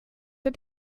der